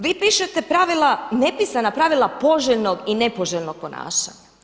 Vi pišete pravila, nepisana pravila poželjnog i nepoželjnog ponašanja.